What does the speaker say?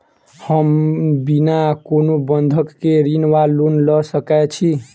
हम बिना कोनो बंधक केँ ऋण वा लोन लऽ सकै छी?